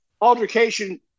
altercation